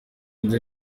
nzi